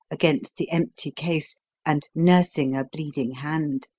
against the empty case and nursing a bleeding hand.